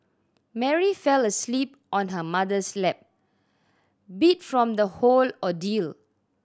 Mary fell asleep on her mother's lap beat from the whole ordeal